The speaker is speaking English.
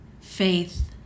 Faith